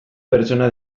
pertsona